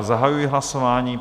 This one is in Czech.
Zahajuji hlasování.